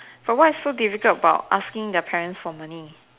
but what is so difficult about asking your parents for money